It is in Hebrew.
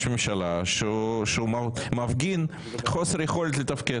ממשלה שהוא מפגין חוסר יכולת לתפקד,